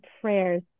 prayers